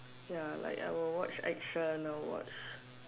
ya like I will watch action I will watch